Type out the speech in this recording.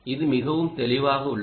இது மிகவும் தெளிவாக உள்ளது